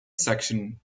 section